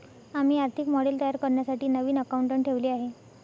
आम्ही आर्थिक मॉडेल तयार करण्यासाठी नवीन अकाउंटंट ठेवले आहे